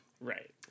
right